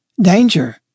danger